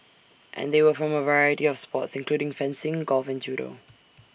and they were from A variety of sports including fencing golf and judo